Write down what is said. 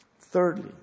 Thirdly